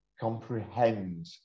comprehend